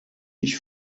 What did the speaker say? ich